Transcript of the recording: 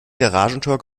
garagentor